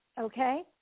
Okay